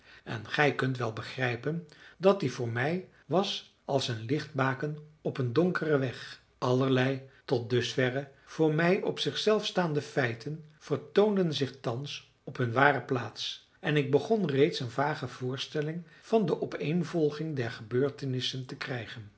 en gij kunt wel begrijpen dat die voor mij was als een lichtbaken op een donkeren weg allerlei tot dusverre voor mij op zich zelf staande feiten vertoonden zich thans op hun ware plaats en ik begon reeds een vage voorstelling van de opeenvolging der gebeurtenissen te krijgen